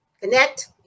connect